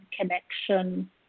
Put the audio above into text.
connection